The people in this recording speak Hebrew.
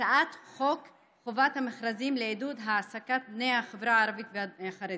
הצעת חוק חובת המכרזים לעידוד העסקת בני החברה הערבית והחרדית.